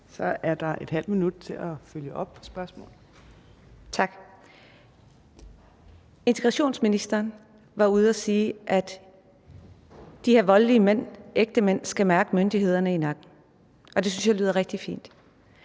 Så er der ½ minut til at følge op på spørgsmålet. Kl. 13:06 Fatma Øktem (V): Tak. Udlændinge- og integrationsministeren var ude at sige, at de her voldelige ægtemænd skal mærke myndighederne i nakken, og det synes jeg lyder rigtig fint.